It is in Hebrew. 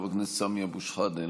חבר הכנסת סמי אבו שחאדה,